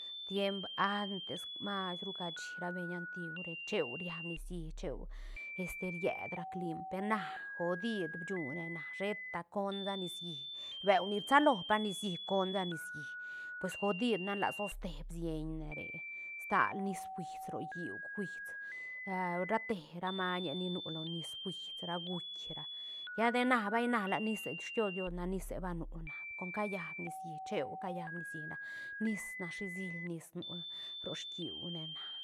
Tiemp antes mas ru cashi ra beñ antigu rec cheu riab nicií cheu este ried ra clim per na go did bshune na sheta conda nicií beuni nsa lopa nicií con da nicií pues godid nan laa soste biseñ ne re stal nis fuis ro lliú fuis a ra te ra mañie ni nu lo nis fuis ra guitk ra lla de na bai na la nise skios dios la nise ba nu na com ca llaab nicií cheu ca llaab nicií na nis na shi siil nis nu ro skiú ne na.